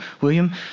William